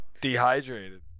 Dehydrated